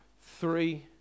three